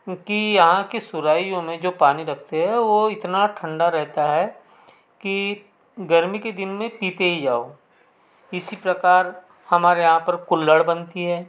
उनकी यहाँ की सुराहियों में जो पानी रखते हैं वो इतना ठंडा रहता है कि गर्मी की दिन में पीते ही जाओ इसी प्रकार हमारे यहाँ पर कुल्हड़ बनती है